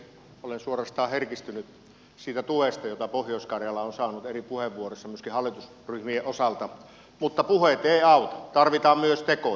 olen suorastaan herkistynyt siitä tuesta jota pohjois karjala on saanut eri puheenvuoroissa myöskin hallitusryhmien osalta mutta puheet eivät auta tarvitaan myös tekoja